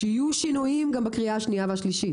שיהיו שינויים גם בקריאה השנייה והשלישית,